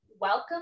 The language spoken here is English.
Welcome